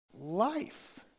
life